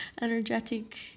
energetic